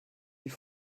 die